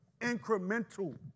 incremental